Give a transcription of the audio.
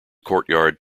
courtyard